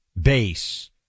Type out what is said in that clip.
base